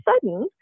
sudden